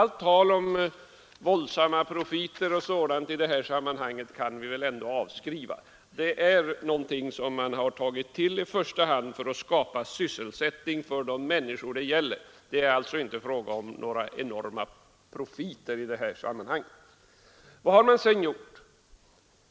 Allt tal om våldsamma profiter i sammanhanget kan vi avskriva. Detta är någonting man har gjort för att i första hand skapa sysselsättning åt de människor det gäller. Vad har man sedan gjort?